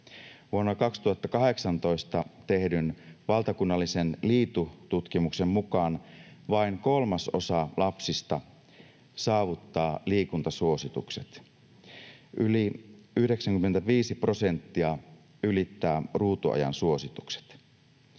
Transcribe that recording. Vuonna 2018 tehdyn valtakunnallisen LIITU-tutkimuksen mukaan vain kolmasosa lapsista saavuttaa liikuntasuositukset. Yli 95 prosenttia ylittää ruutuajan suositukset.